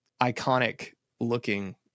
iconic-looking